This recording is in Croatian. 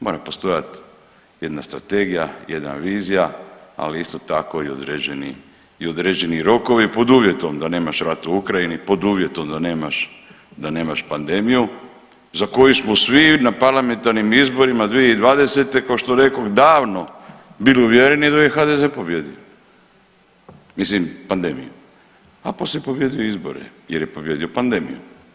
Mora postojati jedna strategija, jedna vizija, ali isto tako i određeni rokovi pod uvjetom da nemaš rat u Ukrajini, pod uvjetom da nemaš, da nemaš pandemiju za koju smo svi na parlamentarnim izborima 2020. kao što rekoh davno bili uvjereni da je HDZ pobijedio mislim pandemiju, a poslije pobijedio izbore jer je pobijedio pandemiju.